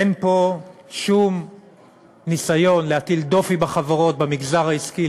אין פה שום ניסיון להטיל דופי בחברות במגזר העסקי.